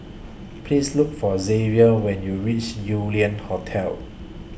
Please Look For Xzavier when YOU REACH Yew Lian Hotel